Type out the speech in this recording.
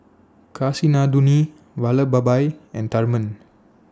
Kasinadhuni Vallabhbhai and Tharman